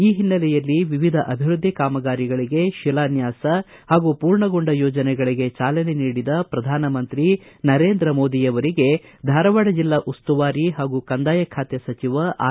ಈ ಹಿನ್ನಲೆಯಲ್ಲಿ ವಿವಿಧ ಅಭಿವೃದ್ದಿ ಕಾಮಗಾರಿಗಳಿಗೆ ಶಿಲಾನ್ಹಾಸ ಹಾಗೂ ಪೂರ್ಣಗೊಂಡ ಯೋಜನೆಗಳಗೆ ಚಾಲನೆ ನೀಡಿದ ಪ್ರಧಾನಮಂತ್ರಿ ನರೇಂದ್ರ ಮೋದಿಯವರಿಗೆ ಧಾರವಾಡ ಜಿಲ್ಲಾ ಉಸ್ತುವಾರಿ ಹಾಗೂ ಕಂದಾಯ ಖಾತೆ ಸಚಿವ ಆರ್